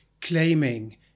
claiming